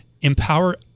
empower